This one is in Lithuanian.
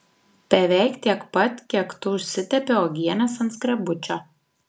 beveik tiek pat kiek tu užsitepi uogienės ant skrebučio